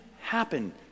happen